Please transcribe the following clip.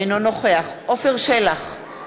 אינו נוכח עפר שלח,